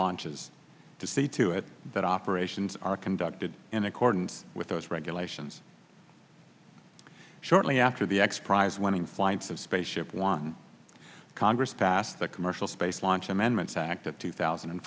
launches to see to it that operations are conducted in accordance with those regulations shortly after the x prize winning flights of space ship one congress passed the commercial space launch amendments act of two thousand and